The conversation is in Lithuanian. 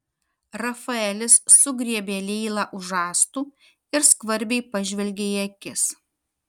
rafaelis sugriebė leilą už žastų ir skvarbiai pažvelgė į akis